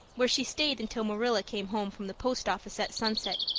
where she stayed until marilla came home from the post office at sunset,